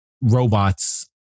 robots